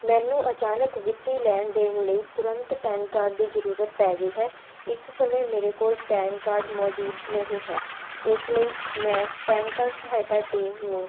ਮੈਨੂੰ ਅਚਾਨਕ ਵਿੱਤੀ ਲੈਣ ਦੇਣ ਲਈ ਤੁਰੰਤ ਪੈਨ ਕਾਰਡ ਦੀ ਜਰੂਰਤ ਪੈ ਗਈ ਹੈ ਇਸ ਸਮੇਂ ਮੇਰੇ ਕੋਲ ਪੈਨ ਕਾਰਡ ਮੌਜੂਦ ਨਹੀਂ ਹੈ ਇਸ ਲਈ ਮੈਂ ਪੈਨ ਕਾਰਡ ਸਹਾਇਤਾ ਟੀਮ ਨੂੰ